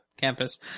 campus